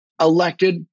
elected